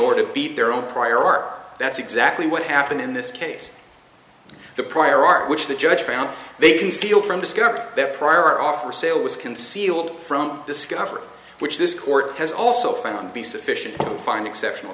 order to beat their own prior art that's exactly what happened in this case the prior art which the judge found they concealed from discovery that prior off for sale was concealed from discovery which this court has also found be sufficient fine exceptional